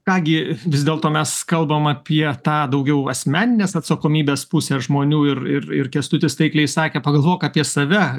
ką gi vis dėlto mes kalbam apie tą daugiau asmeninės atsakomybės pusę žmonių ir ir ir kęstutis taikliai sakė pagalvok apie save